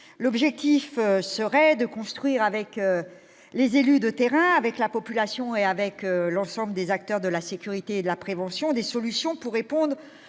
l'objectif serait de construire avec les élus de terrain avec la population et avec l'ensemble des acteurs de la sécurité et la prévention des solutions pour répondre